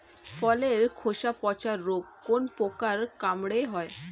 ফলের খোসা পচা রোগ কোন পোকার কামড়ে হয়?